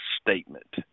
statement